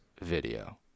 video